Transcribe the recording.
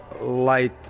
light